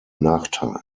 nachteil